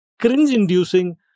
cringe-inducing